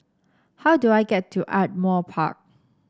how do I get to Ardmore Park